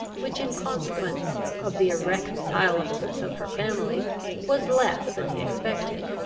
which in consequence of the irreconcilableness of her family was less than he expected,